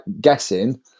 guessing